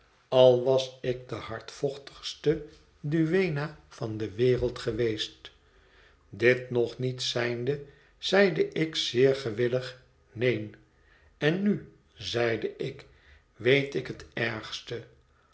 al was ik de hardvochtigste duenna van de wereld geweest dit nog niet zijnde zeide ik zeer gewillig neen en nu zeide ik weet ik het ergste